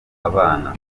abana